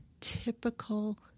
typical